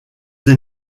des